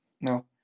No